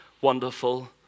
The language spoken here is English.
wonderful